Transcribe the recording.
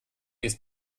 ist